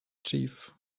chief